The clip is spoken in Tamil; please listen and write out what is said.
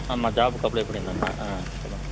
ஆமாம் ஜாபுக்கு அப்ளே பண்ணியிருந்தேங்க ஆ சொல்லுங்கள்